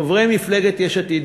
חברי מפלגת יש עתיד,